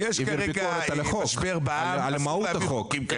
יעביר ביקורת על מהות החוק.